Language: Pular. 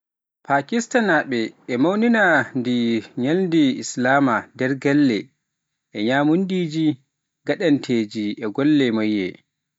Pakistaannaaɓe ina mawnina ɗeen ñalɗi lislaam e nder galleeji, e ñaamduuji gaadanteeji, e golle moƴƴe.